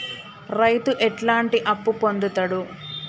రైతు ఎట్లాంటి అప్పు పొందుతడు?